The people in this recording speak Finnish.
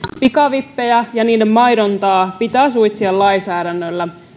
pikavippejä ja niiden mainontaa pitää suitsia lainsäädännöllä